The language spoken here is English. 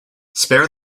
spare